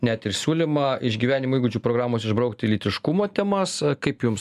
net ir siūlymą iš gyvenimo įgūdžių programos išbraukti lytiškumo temas kaip jums